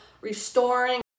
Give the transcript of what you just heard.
restoring